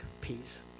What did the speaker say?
peace